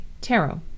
Tarot